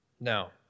Now